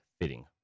fitting